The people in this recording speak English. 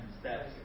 steps